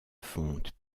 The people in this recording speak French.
fonte